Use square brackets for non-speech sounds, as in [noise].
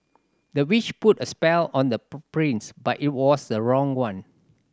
the witch put a spell on the [unintelligible] prince but it was the wrong one